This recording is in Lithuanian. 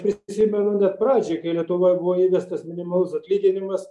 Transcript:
prisimenu net pradžioj kai lietuvoj buvo įvestas minimalus atlyginimas